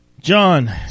John